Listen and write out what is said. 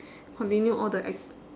continue all the act~